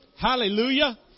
Hallelujah